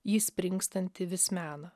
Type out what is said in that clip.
jį springstantį vis mena